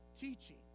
teaching